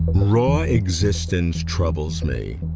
raw existence troubles me.